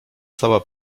cała